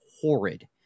horrid